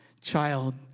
child